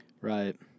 right